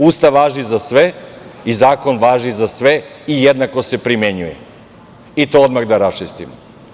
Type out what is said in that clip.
Ustav važi za sve i zakon važi za sve i jednako se primenjuje, i to odmah da raščistimo.